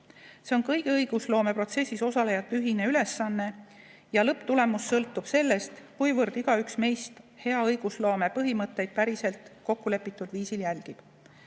See on kõigi õigusloomeprotsessis osalejate ühine ülesanne ja lõpptulemus sõltub sellest, kuivõrd igaüks meist hea õigusloome põhimõtteid kokkulepitud viisil järgib.